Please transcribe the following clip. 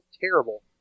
terrible